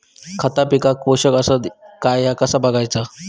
खता पिकाक पोषक आसत काय ह्या कसा बगायचा?